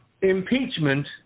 Impeachment